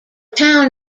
town